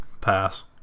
pass